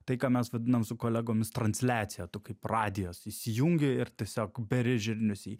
tai ką mes vadinam su kolegomis transliacija tu kaip radijas įsijungi ir tiesiog beri žirnius į